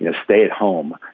you know stay at home,